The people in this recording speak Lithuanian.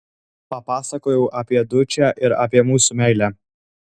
papasakojau apie dučę ir apie mūsų meilę